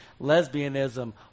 lesbianism